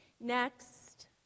Next